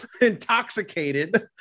intoxicated